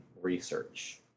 research